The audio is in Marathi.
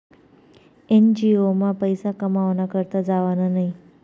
एन.जी.ओ मा पैसा कमावाना करता जावानं न्हयी